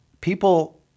people –